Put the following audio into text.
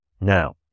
now